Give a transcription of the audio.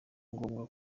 ngombwa